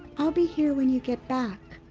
i'll be here when you get back.